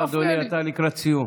בבקשה, אדוני, אתה לקראת סיום.